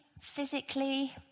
physically